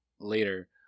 later